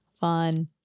Fun